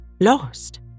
Lost